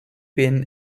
been